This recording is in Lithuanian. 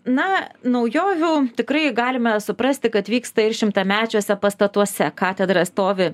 na naujovių tikrai galime suprasti kad vyksta ir šimtamečiuose pastatuose katedra stovi